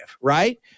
right